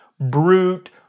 brute